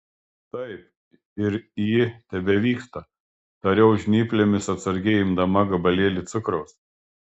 taip ir ji tebevyksta tariau žnyplėmis atsargiai imdama gabalėlį cukraus